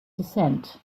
descent